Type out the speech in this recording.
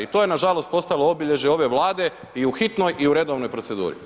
I to je nažalost postalo obilježje ove Vlade i u hitnoj i u redovnoj proceduri.